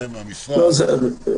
בבקשה.